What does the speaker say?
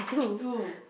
two